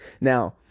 Now